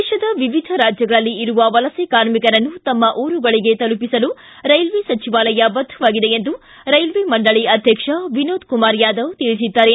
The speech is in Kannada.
ದೇಶದ ವಿವಿಧ ರಾಜ್ಯಗಳಲ್ಲಿ ಇರುವ ವಲಸೆ ಕಾರ್ಮಿಕರನ್ನು ತಮ್ಮ ಊರುಗಳಿಗೆ ತಲುಪಿಸಲು ರೈಲ್ವೆ ಸಚಿವಾಲಯ ಬದ್ಧವಾಗಿದೆ ಎಂದು ರೈಲ್ವೆ ಮಂಡಳಿ ಅಧ್ಯಕ್ಷ ವಿನೋದ್ ಕುಮಾರ್ ಯಾದವ್ ತಿಳಿಸಿದ್ದಾರೆ